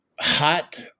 hot